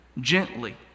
gently